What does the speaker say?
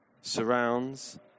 surrounds